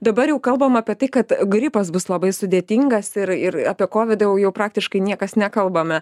dabar jau kalbam apie tai kad gripas bus labai sudėtingas ir ir apie kovidą jau jau praktiškai niekas nekalbame